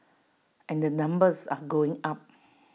and the numbers are going up